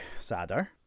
sadder